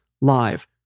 live